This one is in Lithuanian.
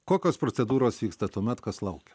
kokios procedūros vyksta tuomet kas laukia